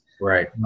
Right